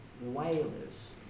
whalers